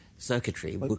circuitry